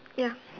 ya